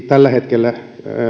tällä hetkellä